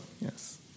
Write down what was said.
yes